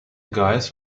guys